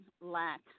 lack